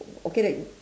okay